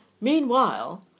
Meanwhile